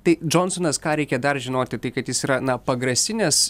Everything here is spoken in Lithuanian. tai džonsonas ką reikia dar žinoti tai kad jis yra na pagrasinęs